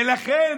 ולכן